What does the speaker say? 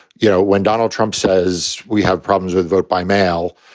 you know, when donald trump says we have problems with vote by mail,